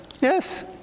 Yes